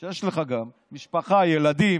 יש לך גם משפחה, ילדים